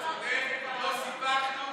אתה צודק, לא סיפחנו.